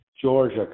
Georgia